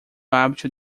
hábito